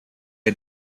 had